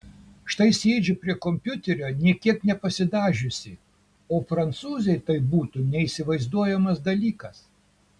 štai sėdžiu prie kompiuterio nė kiek nepasidažiusi o prancūzei tai būtų neįsivaizduojamas dalykas